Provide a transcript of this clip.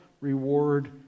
reward